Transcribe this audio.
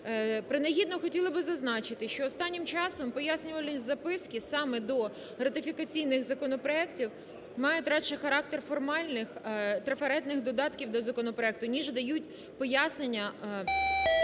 Принагідно хотіла б зазначити, що останнім часом пояснювальні записки саме до ратифікаційних законопроектів мають радше характер формальних трафаретних додатків до законопроекту, ніж дають пояснення